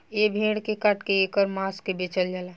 ए भेड़ के काट के ऐकर मांस के बेचल जाला